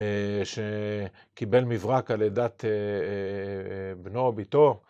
‫שקיבל מברק על לידת בנו או ביתו.